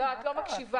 את לא מקשיבה.